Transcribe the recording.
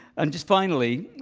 and just finally,